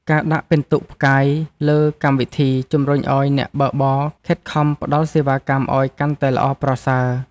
ការដាក់ពិន្ទុផ្កាយលើកម្មវិធី ជំរុញឱ្យអ្នកបើកបរខិតខំផ្ដល់សេវាកម្មឱ្យកាន់តែល្អប្រសើរ។